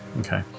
okay